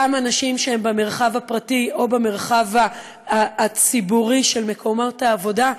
גם אנשים שהם במרחב הפרטי או במרחב הציבורי של מקומות העבודה,